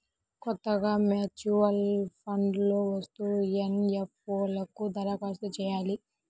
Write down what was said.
కొత్తగా mutual funds లో వస్తున్న ఎన్.ఎఫ్.ఓ లకు దరఖాస్తు చెయ్యాలి